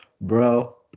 Bro